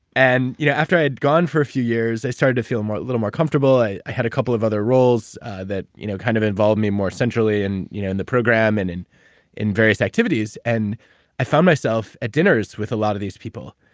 and you know after i had gone for a few years, i started to be a little more comfortable, i i had a couple of other roles that you know kind of involved me more centrally and you know in the program and and in various activities. and i found myself at dinners with a lot of these people.